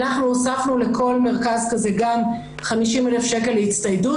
אנחנו הוספנו לכל מרכז כזה גם 50,000 שקל להצטיידות,